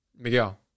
Miguel